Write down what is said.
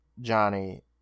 Johnny